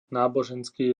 náboženský